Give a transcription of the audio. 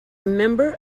member